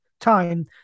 time